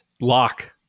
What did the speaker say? Lock